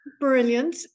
Brilliant